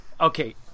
Okay